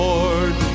Lord